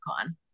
on